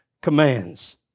commands